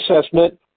assessment